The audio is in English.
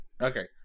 Okay